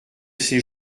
ces